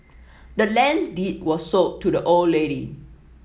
the land's deed was sold to the old lady